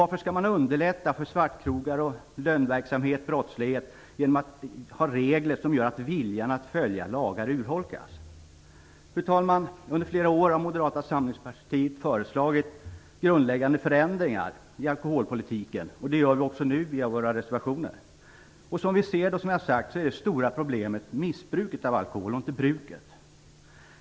Varför skall man underlätta för svartkrogar, lönnverksamhet och brottslighet genom att ha regler som gör att viljan att följa lagar urholkas? Fru talman! Under flera år har Moderata samlingspartiet föreslagit grundläggande förändringar i alkoholpolitiken. Det gör vi också nu i våra reservationer. Som vi ser, och som jag har sagt, är det stora problemet missbruket av alkohol och inte bruket.